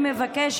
בבקשה,